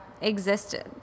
existed